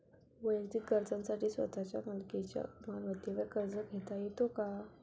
वैयक्तिक गरजांसाठी स्वतःच्या मालकीच्या मालमत्तेवर कर्ज घेता येतो का?